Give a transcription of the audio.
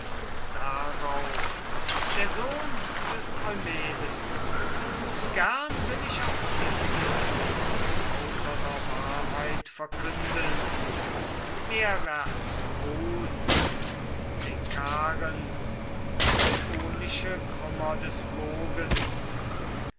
darauf der sohn des eumedes gern will ich auch dieses nach lauterer wahrheit verkünden meerwärts ruhn mit den karen päonische krümmer des bogens